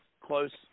close